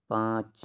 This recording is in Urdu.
پانچ